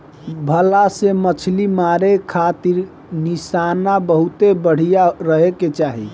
भला से मछली मारे खातिर निशाना बहुते बढ़िया रहे के चाही